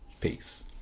Peace